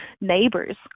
neighbors